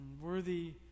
worthy